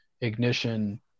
ignition